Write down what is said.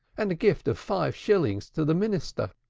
and a gift of five shillings to the minister.